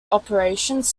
operations